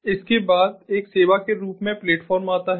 इसके बाद एक सेवा के रूप प्लेटफॉर्म आता है